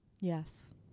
Yes